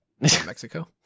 Mexico